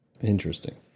Interesting